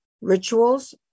Rituals